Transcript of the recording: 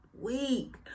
week